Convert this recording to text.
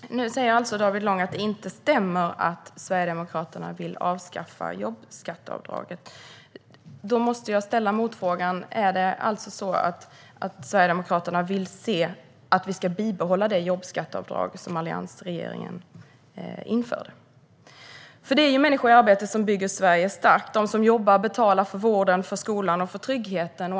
Fru ålderspresident! Nu säger David Lång att det inte stämmer att Sverigedemokraterna vill avskaffa jobbskatteavdraget. Då måste jag ställa en motfråga: Är det alltså så att Sverigedemokraterna vill att vi ska behålla det jobbskatteavdrag som alliansregeringen införde? Det är människor i arbete som bygger Sverige starkt. De som jobbar betalar för vården, för skolan och för tryggheten.